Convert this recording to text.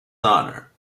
honour